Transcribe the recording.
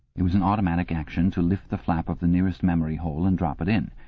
it was an automatic action to lift the flap of the nearest memory hole and drop it in,